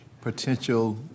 potential